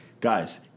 Guys